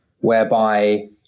whereby